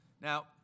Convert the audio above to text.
Now